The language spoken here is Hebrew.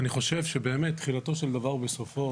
אדוני היושב-ראש, אני חושב שתחילתו של דבר בסופו.